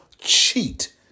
cheat